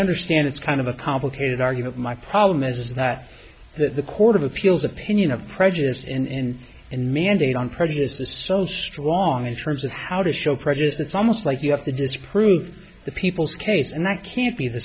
understand it's kind of a complicated argument my problem is that that the court of appeals opinion of prejudice in and mandate on prejudice is so strong in terms of how to show prejudice it's almost like you have to disprove the people's case and i can't be the